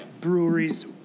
breweries